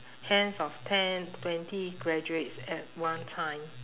hands of ten twenty graduates at one time